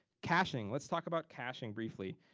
caching, let's talk about caching briefly.